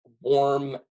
warm